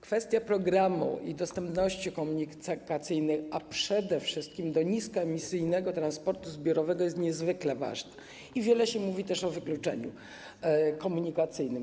Kwestia programu i dostępności komunikacyjnej, a przede wszystkim dostępu do niskoemisyjnego transportu zbiorowego, jest niezwykle ważna, bo wiele się mówi o wykluczeniu komunikacyjnym.